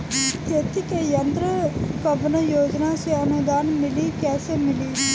खेती के यंत्र कवने योजना से अनुदान मिली कैसे मिली?